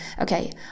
okay